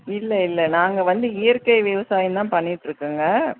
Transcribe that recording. இல்லை இல்லை நாங்கள் வந்து இயற்கை விவசாயம் தான் பண்ணிட்டுருக்கோங்க